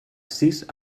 sis